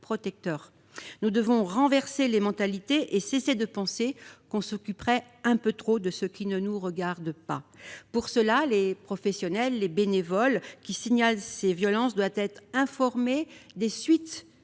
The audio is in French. faut faire évoluer les mentalités : il faut cesser de penser qu'on s'occuperait un peu trop de ce qui ne nous regarde pas. Pour cela, les professionnels et les bénévoles qui signalent ces violences doivent être informés des suites